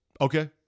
Okay